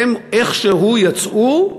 הם איכשהו יצאו,